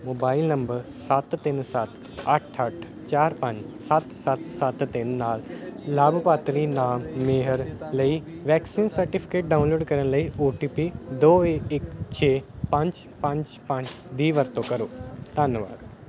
mobile number ਸੱਤ ਤਿੰਨ ਸੱਤ ਅੱਠ ਅੱਠ ਚਾਰ ਪੰਜ ਸੱਤ ਸੱਤ ਸੱਤ ਤਿੰਨ ਨਾਲ ਲਾਭਪਾਤਰੀ ਨਾਮ ਮੇਹਰ ਲਈ ਵੈਕਸੀਨ ਸਰਟੀਫਿਕੇਟ ਡਾਊਨਲੋਡ ਕਰਨ ਲਈ ਓ ਟੀ ਪੀ ਦੋ ਇੱਕ ਛੇ ਪੰਜ ਪੰਜ ਪੰਜ ਦੀ ਵਰਤੋਂ ਕਰੋ ਧੰਨਵਾਦ